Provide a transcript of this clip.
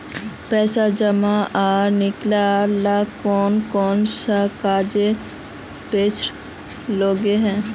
पैसा जमा आर निकाले ला कोन कोन सा कागज पत्र लगे है?